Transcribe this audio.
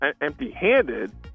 empty-handed